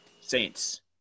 Saints